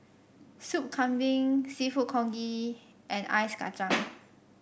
Soup Kambing seafood congee and Ice Kacang